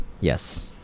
yes